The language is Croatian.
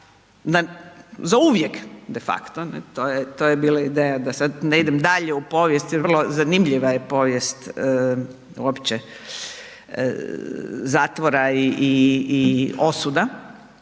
zauvijek de facto, ne, to je bila ideja da sad ne idem dalje u povijest jer zanimljiva je povijest uopće zatvora i osuda,